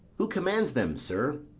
who commands them, sir?